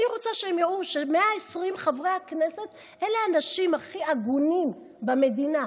אני רוצה שהם יראו ש-120 חברי הכנסת אלה האנשים הכי הגונים במדינה.